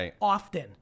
often